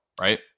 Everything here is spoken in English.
Right